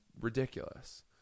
ridiculous